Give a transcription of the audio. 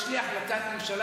יש לי החלטת ממשלה